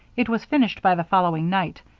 it was finished by the following night,